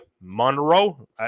Monroe